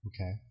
Okay